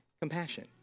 Compassion